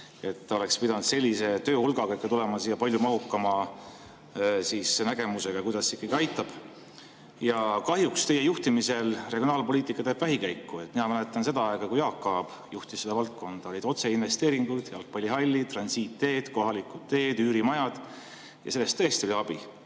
Oleks pidanud sellise töö hulga juures tulema siia palju mahukama nägemusega, kuidas see ikkagi aitab. Kahjuks teie juhtimisel regionaalpoliitika teeb vähikäiku. Mina mäletan aega, kui Jaak Aab juhtis seda valdkonda. Olid otseinvesteeringud, jalgpallihallid, transiiditeed, kohalikud teed, üürimajad. Ja sellest tõesti oli abi,